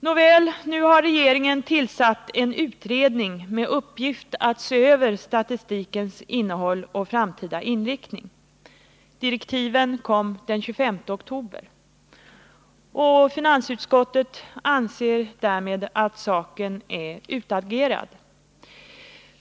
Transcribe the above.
Nåväl, nu har regeringen tillsatt en utredning med uppgift att se över statistikens innehåll och framtida inriktning. Direktiven kom den 25 oktober. Finansutskottet anser därmed att saken är utagerad.